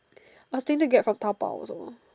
nothing to get from Taobao also